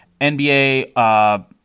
NBA